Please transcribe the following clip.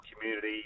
community